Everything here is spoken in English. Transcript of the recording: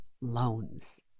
loans